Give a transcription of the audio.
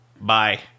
Bye